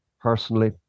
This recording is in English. personally